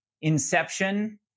inception